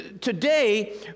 Today